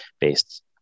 based